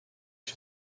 się